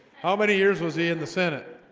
how many years was he in the senate